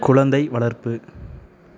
குழந்தை வளர்ப்பு